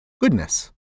goodness